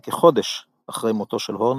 כחודש אחרי מותו של הורנר,